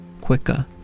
quicker